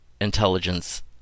intelligence